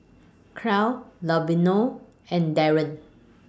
Clell Lavonia and Darren